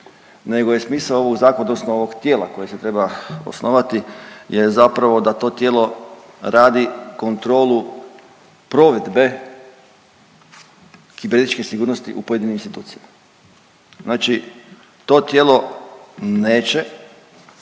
nego je smisao ovog zakona odnosno ovog tijela koji se treba osnovati je zapravo da to tijelo radi kontrolu provedbe kibernetičke sigurnosti u pojedinim institucijama. Znači to tijelo neće